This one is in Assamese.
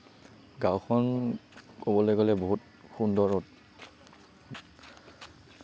গাঁওখন ক'বলৈ গ'লে বহুত সুন্দৰ